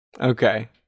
Okay